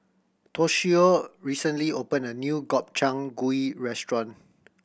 Toshio recently opened a new Gobchang Gui Restaurant